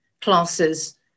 classes